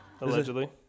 Allegedly